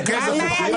--- רבותיי.